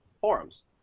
forums